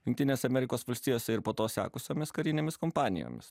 jungtinės amerikos valstijose ir po to sekusiomis karinėmis kompanijomis